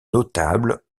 notables